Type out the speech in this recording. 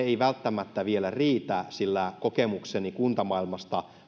ei välttämättä vielä riitä sillä kokemukseni kuntamaailmasta